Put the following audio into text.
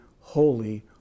holy